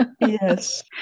yes